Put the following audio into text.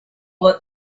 that